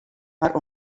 mar